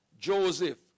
Joseph